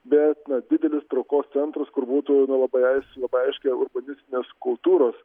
bet didelis traukos centras kur būtų nu labai labai aiškiai urbanistinės kultūros